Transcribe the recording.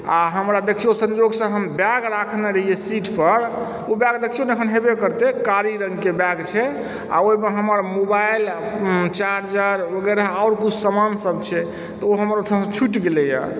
आ हमरा देखिऔ संजोगसँ हम बैग राखने रहिए सीट पर ओ बैग देखिऔ न अखन हेबए करतै कारी रंगके बैग छै आ ओहिमे हमर मोबाइल चार्जर वगैरह आओर किछु सामानसभ छै तऽ ओ हमर ओहिठाम छुटि गेलय हँ